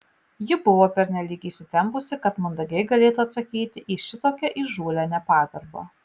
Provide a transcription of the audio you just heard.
ji buvo pernelyg įsitempusi kad mandagiai galėtų atsakyti į šitokią įžūlią nepagarbą